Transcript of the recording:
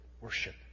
worship